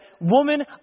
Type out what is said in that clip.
Woman